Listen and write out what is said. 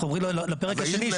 אנחנו עוברים לפרק השני --- אבל אם